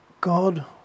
God